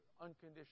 unconditional